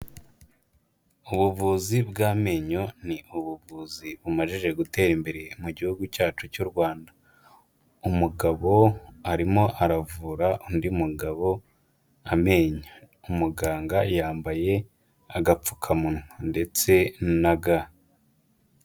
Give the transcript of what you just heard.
Ubuvuzi bw'amenyo ni ubuvuzi bumajije gutera imbere mu gihugu cyacu cy'u Rwanda, umugabo arimo aravura undi mugabo amenyo, umuganga yambaye agapfukamunwa ndetse na ga.